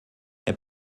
herr